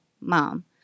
mom